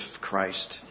Christ